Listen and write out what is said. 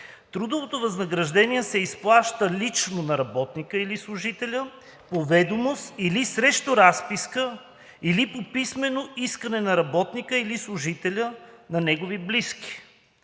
„Трудовото възнаграждение се изплаща лично на работника или служителя по ведомост или срещу разписка, или по писмено искане на работника или служителя на неговите близки.